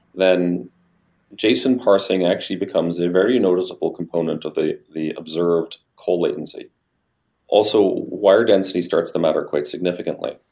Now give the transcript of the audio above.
then json parsing actually becomes a very noticeable component of the the observed co-latency also wire density starts the matter quite significantly.